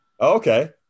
Okay